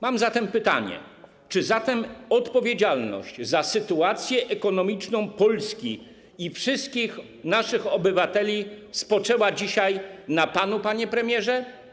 Mam zatem pytanie: Czy odpowiedzialność za sytuację ekonomiczną Polski i wszystkich naszych obywateli spoczęła dzisiaj na panu, panie premierze?